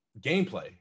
gameplay